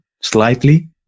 slightly